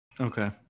Okay